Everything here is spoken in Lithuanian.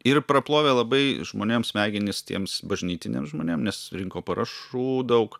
ir praplovė labai žmonėms smegenis tiems bažnytiniams žmonėm nes rinko parašų daug